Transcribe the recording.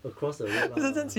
across the road lah